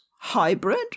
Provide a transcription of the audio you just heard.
hybrid